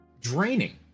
draining